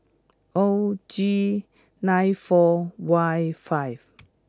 O G nine four Y five